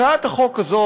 הצעת החוק הזאת,